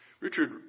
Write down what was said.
Richard